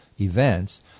events